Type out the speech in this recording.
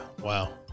wow